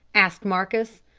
asked marcus.